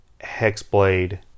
Hexblade